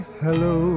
hello